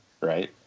Right